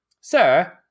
Sir